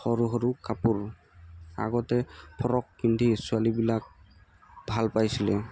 সৰু সৰু কাপোৰ আগতে ফ্ৰক পিন্ধি ছোৱালীবিলাক ভাল পাইছিলে